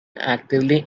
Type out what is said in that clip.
actively